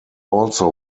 also